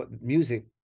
music